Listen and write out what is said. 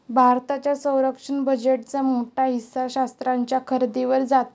भारताच्या संरक्षण बजेटचा मोठा हिस्सा शस्त्रास्त्रांच्या खरेदीवर जातो